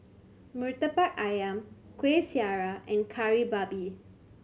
Murtabak Ayam Kuih Syara and Kari Babi